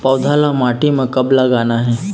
पौधा ला माटी म कब लगाना हे?